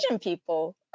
people